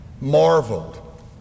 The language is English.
marveled